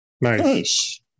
Nice